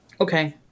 Okay